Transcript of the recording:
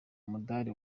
umudari